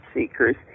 seekers